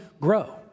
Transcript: grow